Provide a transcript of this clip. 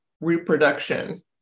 reproduction